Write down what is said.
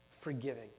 forgiving